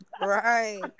Right